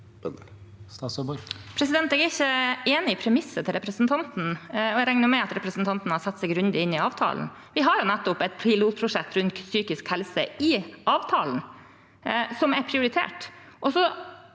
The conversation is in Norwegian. Jeg er ikke enig i premisset til representanten. Jeg regner med at representanten har satt seg grundig inn i avtalen. Vi har et pilotprosjekt rundt psykisk helse i avtalen, som er prioritert.